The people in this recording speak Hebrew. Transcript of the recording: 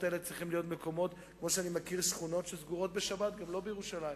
כמו שאני מכיר שכונות שסגורות בשבת גם לא בירושלים.